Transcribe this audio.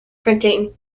printing